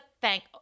thank